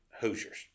Hoosiers